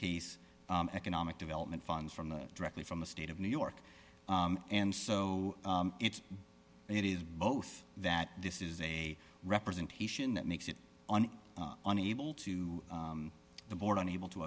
case economic development funds from the directly from the state of new york and so it's it is both that this is a representation that makes it on unable to the board unable to